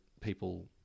people